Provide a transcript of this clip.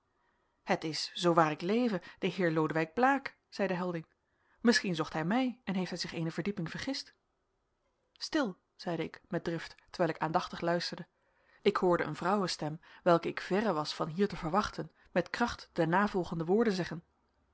het is zoo waar ik leve de heer lodewijk blaek zeide helding misschien zocht hij mij en heeft hij zich eene verdieping vergist stil zeide ik met drift terwijl ik aandachtig luisterde ik hoorde een vrouwenstem welke ik verre was van hier te verwachten met kracht de navolgende woorden zeggen